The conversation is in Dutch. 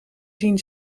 zien